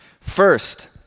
First